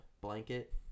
blanket